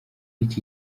iki